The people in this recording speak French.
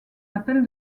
appel